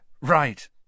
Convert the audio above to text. right